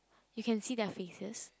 you can see their faces